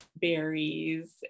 berries